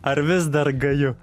ar vis dar gaju